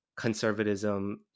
conservatism